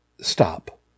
stop